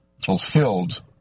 fulfilled